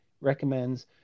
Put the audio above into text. recommends